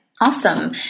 Awesome